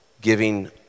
giving